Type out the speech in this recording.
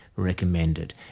recommended